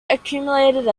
accumulated